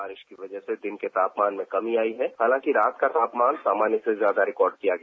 बारिश की वजह से दिन के तापमान में कमी आई है हालांकि रात का तापमान सामान्य से ज्यादा रिकॉर्ड किया गया